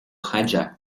hijack